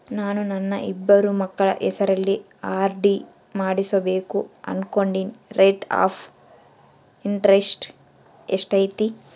ನಾನು ನನ್ನ ಇಬ್ಬರು ಮಕ್ಕಳ ಹೆಸರಲ್ಲಿ ಆರ್.ಡಿ ಮಾಡಿಸಬೇಕು ಅನುಕೊಂಡಿನಿ ರೇಟ್ ಆಫ್ ಇಂಟರೆಸ್ಟ್ ಎಷ್ಟೈತಿ?